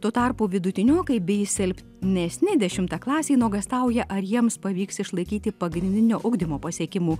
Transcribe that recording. tuo tarpu vidutiniokai bei silpnesni dešimtaklasiai nuogąstauja ar jiems pavyks išlaikyti pagrindinio ugdymo pasiekimų